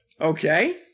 Okay